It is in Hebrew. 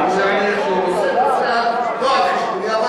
אז זה לא באל-עראקיב, נו אז מה?